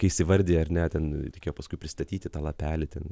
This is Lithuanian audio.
kai įsivardiji ar ne ten reikėjo paskui pristatyti tą lapelį ten